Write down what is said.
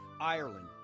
Ireland